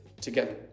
together